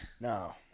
No